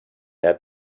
had